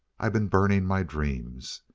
i've been burning my dreams.